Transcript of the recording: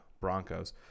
Broncos